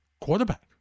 quarterback